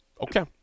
Okay